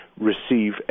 receive